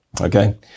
Okay